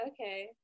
okay